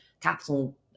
capital